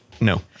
no